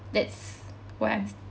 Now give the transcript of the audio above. that's what I'm